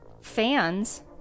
fans